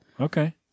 Okay